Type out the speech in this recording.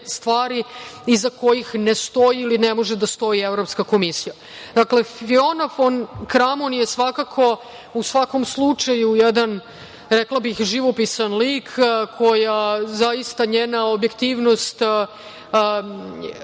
stvari iza kojih ne stoji ili ne može da stoji Evropska komisija. Dakle, Viola fon Kramon je svakako u svakom slučaju jedan, rekla bih, živopisan lik, zaista njena objektivnost